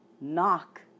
Knock